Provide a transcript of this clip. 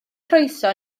croeso